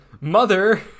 mother